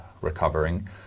recovering